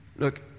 Look